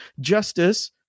justice